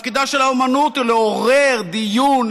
תפקידה של האומנות הוא לעורר דיון,